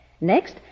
Next